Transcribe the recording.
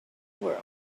world